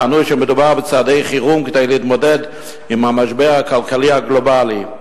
טענו שמדובר בצעדי חירום כדי להתמודד עם המשבר הכלכלי הגלובלי.